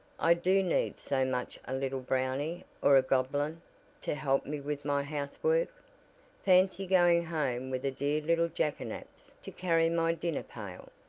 i do need so much a little brownie or a goblin to help me with my housework. fancy going home with a dear little jackanapes to carry my dinner pail!